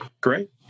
Great